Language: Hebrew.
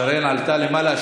שרן עלתה למעלה?